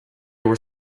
were